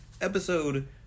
episode